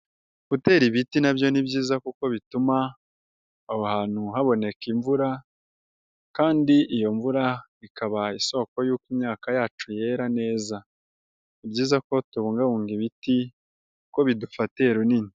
Gutera ibiti na byo ni byiza kuko bituma aho hantu haboneka imvura kandi iyo mvura ikaba isoko y'uko imyaka yacu yera neza, ni byiza ko tubungabunga ibiti kuko bidufatiye runini.